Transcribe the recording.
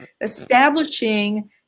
Establishing